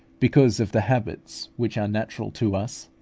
because of the habits, which are natural to us,